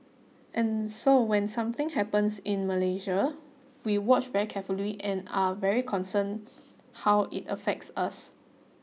and so when something happens in Malaysia we watch very carefully and are very concerned how it affects us